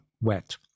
wet